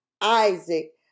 Isaac